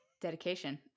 dedication